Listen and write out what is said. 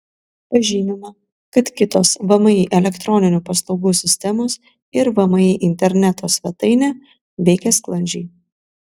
pažymima kad kitos vmi elektroninių paslaugų sistemos ir vmi interneto svetainė veikia sklandžiai